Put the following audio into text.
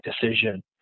decision